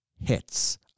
hits